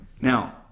Now